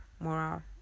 moral